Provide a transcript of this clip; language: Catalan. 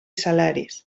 salaris